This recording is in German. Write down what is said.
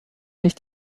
nicht